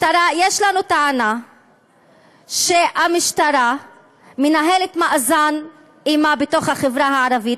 יש לנו טענה שהמשטרה מנהלת מאזן אימה בתוך החברה הערבית,